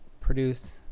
produce